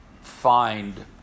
find